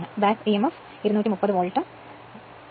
അതിനാൽ ഈ ചിത്രത്തിൽ നിന്ന് emf 230 വോൾട്ട് അവഗണിക്കപ്പെടുന്നു